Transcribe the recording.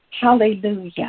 Hallelujah